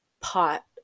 pot